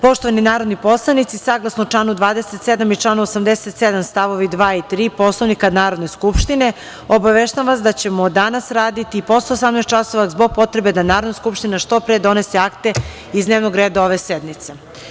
Poštovani narodni poslanici, saglasno članu 27. i članu 87. stavovi 2. i 3. Poslovnika Narodne skupštine, obaveštavam vas da ćemo danas raditi i posle 18.00 časova, zbog potrebe da Narodna skupština što pre donese akte iz dnevnog reda ove sednice.